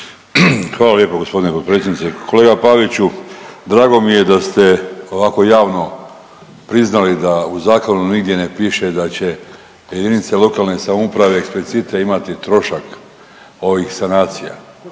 Hvala lijepa gospodine potpredsjedniče. Kolega Paviću, drago mi je da ste ovako javno priznali da u zakonu nigdje ne piše da će jedinice lokalne samouprave eksplicite imati trošak ovih sanacija. Drago